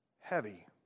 heavy